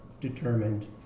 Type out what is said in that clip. determined